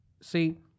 See